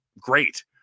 great